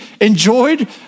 enjoyed